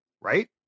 right